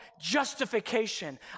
justification